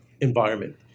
environment